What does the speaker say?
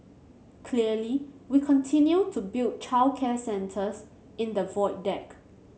clearly we continue to build childcare centres in the Void Deck